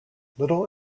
little